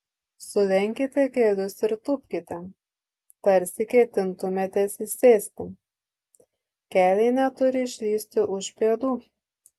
sulenkite kelius ir tūpkite tarsi ketintumėte atsisėsti keliai neturi išlįsti už pėdų